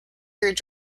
through